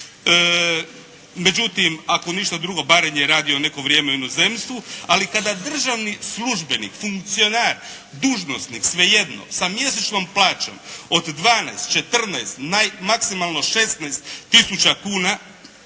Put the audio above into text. Međutim, ako ništa drugo barem je radio neko vrijeme u inozemstvu. Ali kada državni službenik, funkcionar, dužnosnik, svejedno sa mjesečnom plaćom od 12, 14, maksimalno 16 tisuća kuna